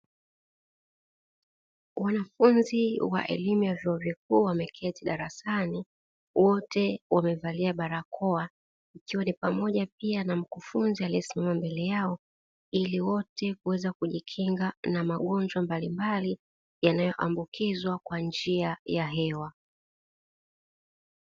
Wanafunzi wa elimu ya vyuo vikuu wameketi darasani wote wamevalia barakoa, ikiwa ni pamoja pia na mkufunzi aliesimama mbele yao; ili wote kuweza kujikinga na magonjwa mbalimbali, yanayoambukizwa kwa njia ya hewa.